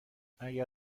اگر